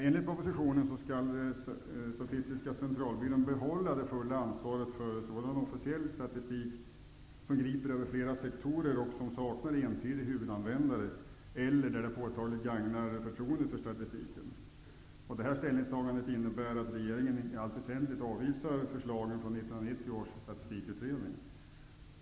Enligt propositionen skall Statistiska Centralbyrån behålla det fulla ansvaret för sådan officiell statistik som griper över flera sektorer och som saknar entydig huvudanvändare eller där det påtagligt gagnar förtroendet för statistiken. Detta ställningstagande innebär att regeringen i allt väsentligt avvisar förslagen från 1990 års statistikutredning.